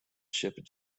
shepherd